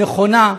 נכונה.